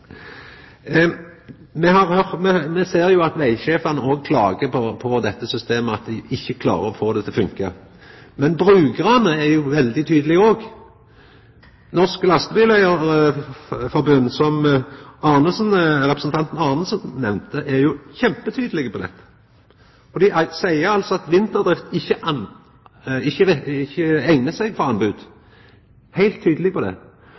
Me ser at vegsjefane òg klagar på dette systemet, at dei ikkje klarer å få det til å fungera. Brukarane er òg veldig tydelege. Norsk Lastebileier Forbund, som representanten Arnesen nemnde, er kjempetydelege på dette. Dei seier at vinterdrift ikkje eignar seg for anbod – dei er heilt tydelege på det.